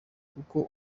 kuko